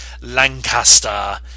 Lancaster